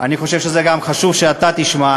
אני חושב שחשוב שגם אתה תשמע,